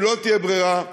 אם לא תהיה ברירה,